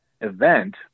event